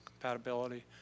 compatibility